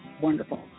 wonderful